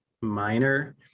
minor